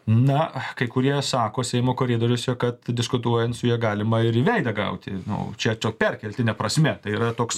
na kai kurie sako seimo koridoriuose kad diskutuojant su ja galima ir į veidą gauti nu čia čia jau perkeltine prasme tai yra toks